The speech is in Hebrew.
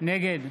נגד